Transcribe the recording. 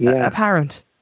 apparent